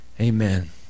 Amen